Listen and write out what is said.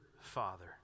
Father